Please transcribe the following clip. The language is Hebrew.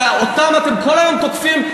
שאתם כל היום תוקפים,